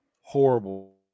horrible